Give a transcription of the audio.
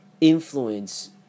influence